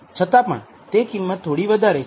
છતાં પણ તે કિંમત થોડી વધારે છે